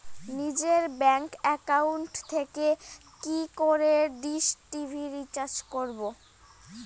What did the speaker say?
নিজের bank account থেকে কি করে ডিশ টি.ভি রিচার্জ করবো?